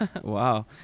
Wow